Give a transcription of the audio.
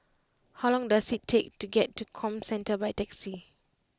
how long does it take to get to Comcentre by taxi